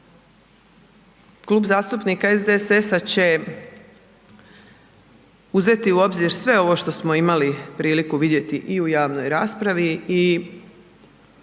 Kluba zastupnika SDSS-a će uzeti u obzir sve ovo što smo imali priliku vidjeti i u javnoj raspravi i ono